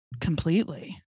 completely